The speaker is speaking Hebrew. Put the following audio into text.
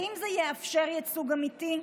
האם זה יאפשר ייצוג אמיתי?